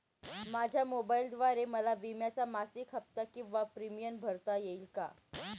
माझ्या मोबाईलद्वारे मला विम्याचा मासिक हफ्ता किंवा प्रीमियम भरता येईल का?